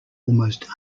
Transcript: almost